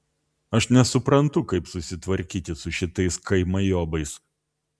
aš nesuprantu kaip susitvarkyti su šitais kaimajobais